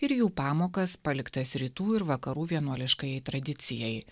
ir jų pamokas paliktas rytų ir vakarų vienuoliškajai tradicijai